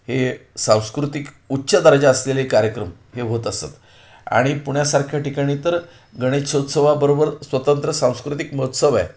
हे सांस्कृतिक उच्च दर्जा असलेले कार्यक्रम हे होत असतात आणि पुण्यासारख्या ठिकाणी तर गणेशोत्सवाबरोबर स्वतंत्र सांस्कृतिक महोत्सव आहे